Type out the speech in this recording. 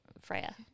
Freya